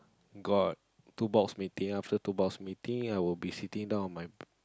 got two box meeting after two box meeting I'll be sitting down on my